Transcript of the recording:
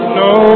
no